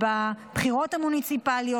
בבחירות המוניציפליות,